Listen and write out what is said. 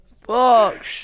fuck